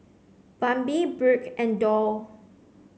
Bambi Brooke and Doll